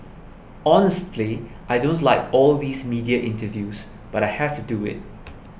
honestly I don't like all these media interviews but I have to do it